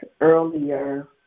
earlier